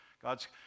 God's